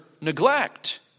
neglect